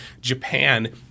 Japan